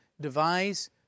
devise